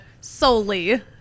solely